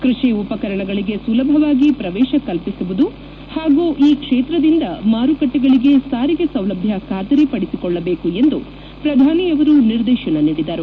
ಕೃಷಿ ಉಪಕರಣಗಳಿಗೆ ಸುಲಭವಾಗಿ ಪ್ರವೇಶ ಕಲ್ಪಿಸುವುದು ಹಾಗೂ ಈ ಕ್ಷೇತ್ರದಿಂದ ಮಾರುಕಟ್ಟಿಗಳಿಗೆ ಸಾರಿಗೆ ಸೌಲಭ್ಯ ಖಾತರಿ ಪಡಿಸಿಕೊಳ್ಳಬೇಕು ಎಂದು ಪ್ರಧಾನಿಯವರು ನಿರ್ದೇಶನ ನೀಡಿದರು